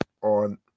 on